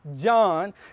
John